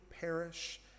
perish